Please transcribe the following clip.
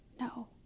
No